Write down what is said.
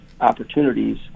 opportunities